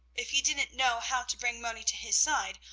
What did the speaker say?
if he didn't know how to bring moni to his side,